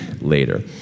later